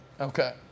Okay